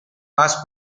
más